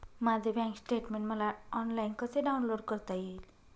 माझे bank statement मला online कसे डाउनलोड करता येईल?